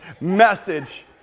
message